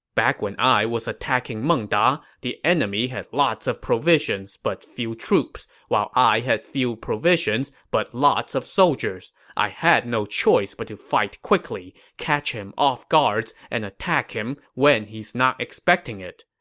back when i was attacking meng da, the enemy had lots of provisions but few troops, while i had few provisions but lots of soldiers. i had no choice but to fight quickly, catch him off guards, and attack him when he's not expecting it.